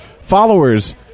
followers